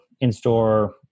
in-store